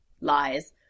Lies